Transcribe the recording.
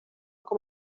com